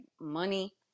money